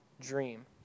dream